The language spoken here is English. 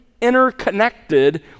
interconnected